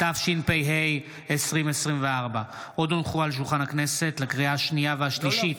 התשפ"ה 2024. לקריאה שנייה ושלישית: